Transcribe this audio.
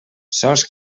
sols